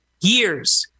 years